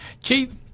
Chief